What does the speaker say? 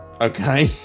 Okay